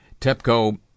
TEPCO